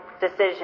decision